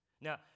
Now